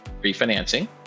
refinancing